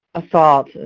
assault,